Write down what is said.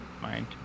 mind